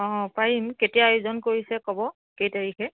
অ' পাৰিম কেতিয়া আয়োজন কৰিছে ক'ব কেই তাৰিখে